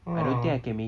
ah